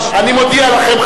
אני מודיע לכם,